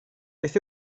beth